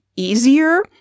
easier